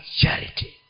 charity